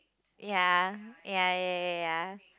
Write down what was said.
ya ya ya ya ya ya